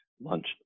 lunch